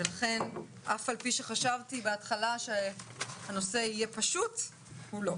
ולכן אף על פי שחשבתי בהתחלה שהנושא יהיה פשוט הוא לא.